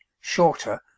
shorter